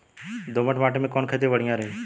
दोमट माटी में कवन खेती बढ़िया रही?